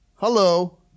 Hello